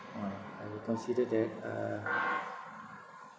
ah I will consider that uh